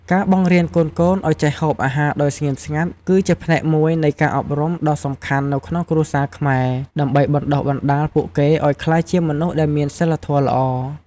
ការបង្រៀនកូនៗឱ្យចេះហូបអាហារដោយស្ងៀមស្ងាត់ គឺជាផ្នែកមួយនៃការអប់រំដ៏សំខាន់នៅក្នុងគ្រួសារខ្មែរ ដើម្បីបណ្តុះបណ្តាលពួកគេឱ្យក្លាយជាមនុស្សដែលមានសីលធម៌ល្អ។